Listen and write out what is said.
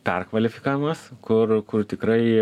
perkvalifikavimas kur kur tikrai